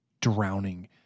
drowning